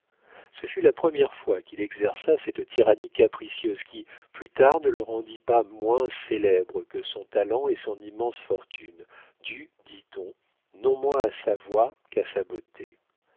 ce fut la première fois qu'il exerça cette tyrannie capricieuse qui plus tard ne le rendit pas moins célèbre que son talent et son immense fortune due dit-on non moins à sa voix qu'à sa beauté